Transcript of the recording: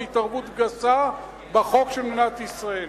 בהתערבות גסה בחוק של מדינת ישראל.